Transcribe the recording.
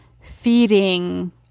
feeding